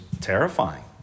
terrifying